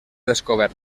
descobert